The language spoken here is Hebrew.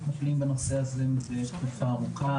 מטפלים בנושא הזה מזה תקופה ארוכה.